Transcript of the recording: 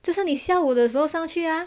就是你下午的时候上去啊